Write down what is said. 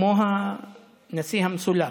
כמו הנשיא המסולק.